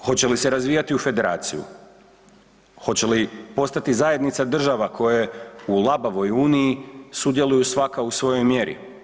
Hoće li se razvijati u federaciju, hoće li postati zajednica država koje u labavoj uniji, sudjeluju svaka u svojoj mjeri.